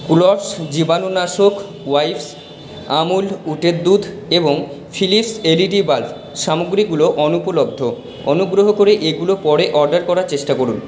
kudos জীবাণুনাশক wipes Amul উটের দুধ এবং ফিলিপ্স এলইডি বাল্ব সামগ্রীগুলো অনুপলব্ধ অনুগ্রহ করে এগুলো পরে অর্ডার করার চেষ্টা করুন